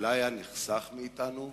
אולי היה נחסך מאתנו?